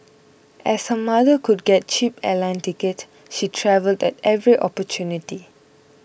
as her mother could get cheap airline ticket she travelled at every opportunity